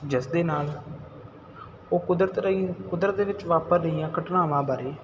ਜਿਸ ਦੇ ਨਾਲ ਉਹ ਕੁਦਰਤ ਰਹੀ ਕੁਦਰਤ ਦੇ ਵਿੱਚ ਵਾਪਰ ਰਹੀਆਂ ਘਟਨਾਵਾਂ ਬਾਰੇ